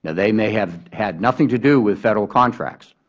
they may have had nothing to do with federal contracts.